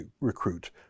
recruit